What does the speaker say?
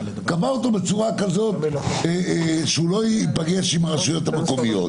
קבע אותו בצורה כזאת שהוא לא ייפגש עם הרשויות המקומיות,